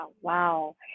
wow